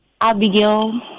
Abigail